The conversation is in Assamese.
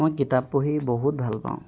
মই কিতাপ পঢ়ি বহুত ভাল পাওঁ